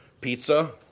pizza